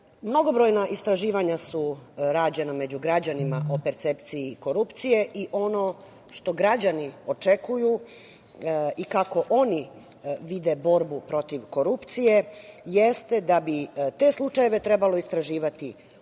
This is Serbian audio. oblasti. Mnogobrojna istraživanja su rađena među građanima o percepciji korupcije i ono što građani očekuju i kako oni vide borbu protiv korupcije jeste da bi te slučajeve trebalo istraživati odlučnije,